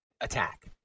attack